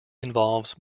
involves